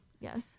Yes